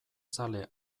zale